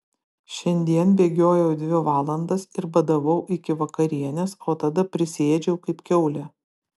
šiandien bėgiojau dvi valandas ir badavau iki vakarienės o tada prisiėdžiau kaip kiaulė